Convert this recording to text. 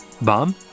Bomb